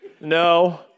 No